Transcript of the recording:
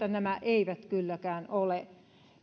nämä eivät kylläkään ole